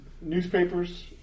newspapers